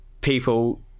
people